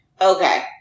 Okay